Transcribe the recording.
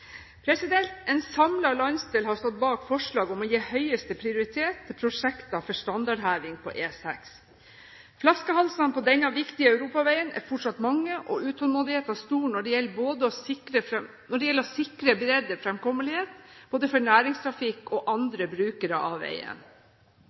En samlet landsdel har stått bak forslag om å gi høyeste prioritet til prosjekter for standardheving på E6. Flaskehalsene på denne viktige europaveien er fortsatt mange, og utålmodigheten er stor når det gjelder å sikre